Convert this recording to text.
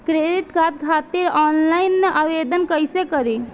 Credit card खातिर online आवेदन कइसे करि?